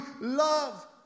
love